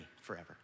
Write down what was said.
forever